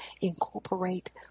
incorporate